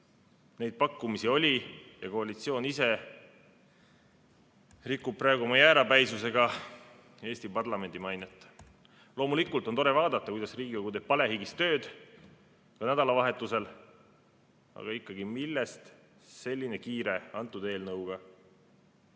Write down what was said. Neid pakkumisi oli. Koalitsioon ise rikub praegu oma jäärapäisusega Eesti parlamendi mainet. Loomulikult on tore vaadata, kuidas Riigikogu teeb palehigis tööd ka nädalavahetusel. Aga ikkagi, millest selline kiirus antud eelnõuga?